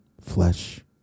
flesh